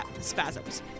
spasms